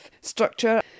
structure